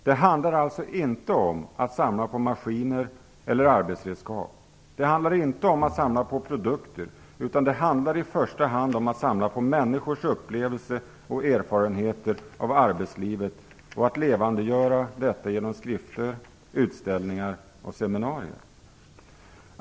Det handlar alltså inte om att samla på maskiner eller arbetsredskap, inte om att samla på produkter, utan det handlar i första hand om att samla på människors upplevelser och erfarenheter av arbetslivet och att levandegöra detta genom skrifter, utställningar och seminarier.